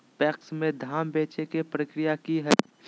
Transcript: PACS में धाम बेचे के प्रक्रिया की हय?